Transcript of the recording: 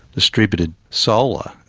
distributed solar,